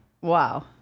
Wow